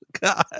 God